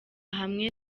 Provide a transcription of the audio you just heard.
hamwe